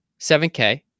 7k